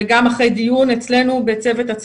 וגם אחרי דיון אצלנו והצוות,